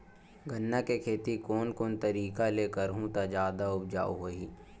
गन्ना के खेती कोन कोन तरीका ले करहु त जादा उपजाऊ होही?